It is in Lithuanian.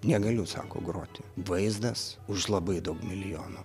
negaliu sako groti vaizdas už labai daug milijonų